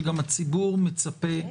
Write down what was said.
שגם הציבור מצפה,